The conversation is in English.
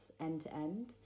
end-to-end